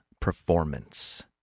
Performance